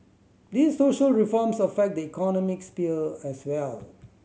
these social reforms affect the economic sphere as well